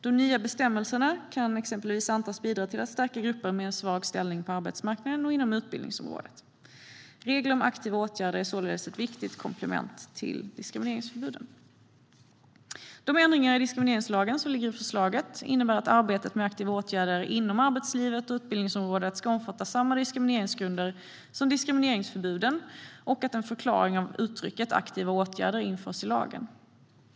De nya bestämmelserna kan exempelvis antas bidra till att stärka grupper med svag ställning på arbetsmarknaden och inom utbildningsområdet. Regler om aktiva åtgärder är således ett viktigt komplement till diskrimineringsförbuden. De ändringar i diskrimineringslagen som ligger i förslaget innebär att arbetet med aktiva åtgärder inom arbetslivet och utbildningsområdet ska omfatta samma diskrimineringsgrunder som diskrimineringsförbuden och att en förklaring av uttrycket aktiva åtgärder införs i lagen.